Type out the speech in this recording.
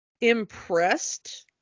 impressed